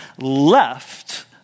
left